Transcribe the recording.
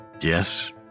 Yes